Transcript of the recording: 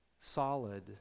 solid